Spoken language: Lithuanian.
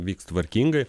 vyks tvarkingai